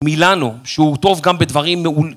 מילאנו שהוא טוב גם בדברים